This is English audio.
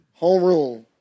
Homeroom